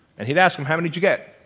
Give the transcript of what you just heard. and he'd ask them, how many did you get?